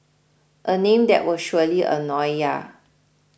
a name that will surely annoy ya